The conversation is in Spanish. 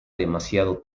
demasiado